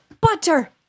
butter